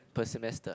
per semester